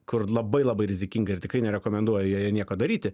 kur labai labai rizikinga ir tikrai nerekomenduoja jai nieko daryti